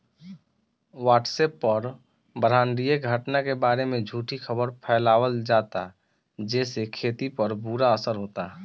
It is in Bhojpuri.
व्हाट्सएप पर ब्रह्माण्डीय घटना के बारे में झूठी खबर फैलावल जाता जेसे खेती पर बुरा असर होता